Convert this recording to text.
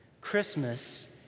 Christmas